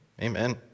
amen